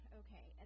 okay